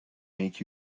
make